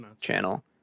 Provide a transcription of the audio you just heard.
channel